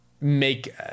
make